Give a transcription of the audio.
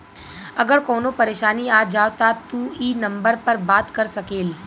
अगर कवनो परेशानी आ जाव त तू ई नम्बर पर बात कर सकेल